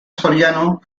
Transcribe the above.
soriano